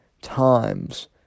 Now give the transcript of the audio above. times